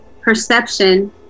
perception